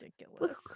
ridiculous